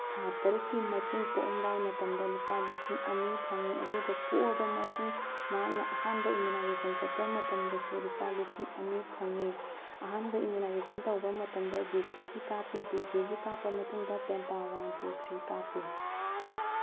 ꯊꯥ ꯇꯔꯨꯛꯀꯤ ꯃꯇꯨꯡ ꯄꯣꯛꯑꯝꯗꯥꯏ ꯃꯇꯝꯗ ꯂꯨꯄꯥ ꯂꯤꯁꯤꯡ ꯑꯅꯤ ꯐꯪꯉꯤ ꯑꯗꯨꯒ ꯄꯣꯛꯑꯕ ꯃꯇꯨꯡ ꯃꯍꯥꯛꯅ ꯑꯍꯥꯟꯕ ꯏꯃ꯭ꯌꯨꯅꯥꯏꯖꯦꯁꯟ ꯆꯠꯄ ꯃꯇꯝꯗꯁꯨ ꯂꯨꯄꯥ ꯂꯤꯁꯤꯡ ꯑꯅꯤ ꯐꯪꯉꯤ ꯑꯍꯥꯟꯕ ꯏꯃ꯭ꯌꯨꯅꯥꯏꯖꯦꯁꯟ ꯇꯧꯕ ꯃꯇꯝꯗ ꯕꯤ ꯁꯤ ꯖꯤ ꯀꯥꯞꯄꯤ ꯕꯤ ꯁꯤ ꯖꯤ ꯀꯥꯞꯄ ꯃꯇꯨꯡꯗ ꯄꯦꯟꯇꯥ ꯋꯥꯟ ꯇꯨ ꯊ꯭ꯔꯤ ꯀꯥꯞꯄꯤ